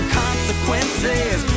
consequences